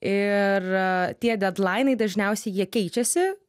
ir tie dedlainai dažniausiai jie keičiasi